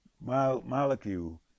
molecule